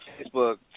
Facebook